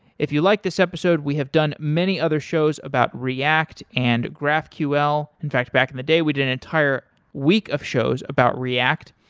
if you like this episode we have done many other shows about react and graphql. in fact back in the day we did an entire week of shows about react.